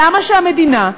למה שהמדינה,